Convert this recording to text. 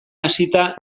hasita